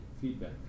feedback